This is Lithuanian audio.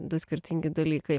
du skirtingi dalykai